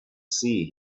sea